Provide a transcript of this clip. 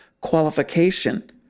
qualification